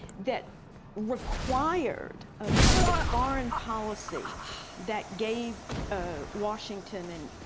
that required a kind of foreign policy that gave ah washington and